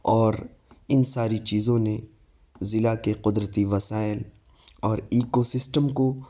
اور ان ساری چیزوں نے ضلع کے قدرتی وسائل اور ایکو سسٹم کو